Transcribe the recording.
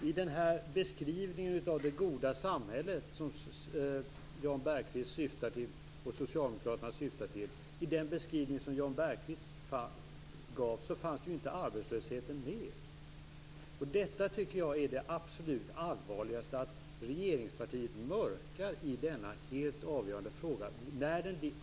I den här beskrivningen av det goda samhället som Jan Bergqvist och socialdemokraterna syftar till, den beskrivning som Jan Bergqvist gav, fanns ju inte arbetslösheten med! Detta tycker jag är det absolut allvarligaste: Att regeringspartiet mörkar i denna helt avgörande fråga.